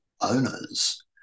owners